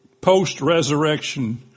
post-resurrection